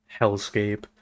hellscape